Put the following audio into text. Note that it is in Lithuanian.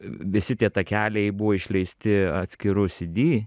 visi tie takeliai buvo išleisti atskiru cd